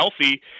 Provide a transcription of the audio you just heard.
healthy